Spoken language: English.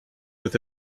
with